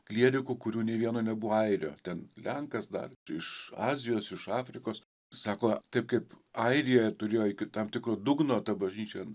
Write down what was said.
klierikų kurių nė vieno nebuvo airio ten lenkas dar iš azijos iš afrikos sako taip kaip airijoje turėjo iki tam tikro dugno ta bažnyčia